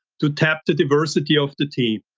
to tap the diversity of the team.